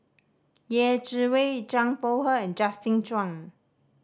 Yeh Chi Wei Zhang Bohe and Justin Zhuang